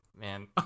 man